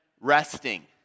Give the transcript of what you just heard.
resting